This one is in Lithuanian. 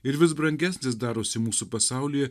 ir vis brangesnis darosi mūsų pasaulyje